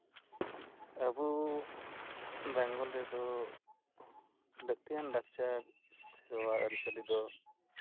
ᱟᱵᱩ ᱵᱮᱝᱜᱚᱞ ᱨᱮᱫᱚ ᱞᱟᱹᱠᱛᱤᱭᱟᱱ ᱞᱟᱠᱪᱟᱨ ᱥᱮᱨᱣᱟ ᱟᱹᱨᱤᱪᱟᱞᱤ ᱫᱚ